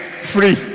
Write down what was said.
free